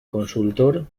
consultor